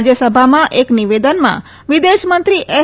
રાજ્યસભામાં એક નિવેદનમાં વિદેશમંત્રી એસ